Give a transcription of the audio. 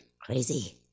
Crazy